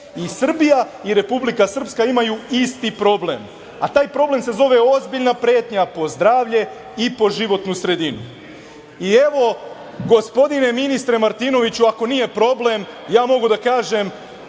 i Srbija i Republike Srpska imaju isti problem, a taj problem se zove ozbiljna pretnja po zdravlje i po životnu sredinu. Evo, gospodine ministre Martinoviću, ako nije problem, ja mogu da kažem,